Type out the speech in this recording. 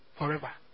forever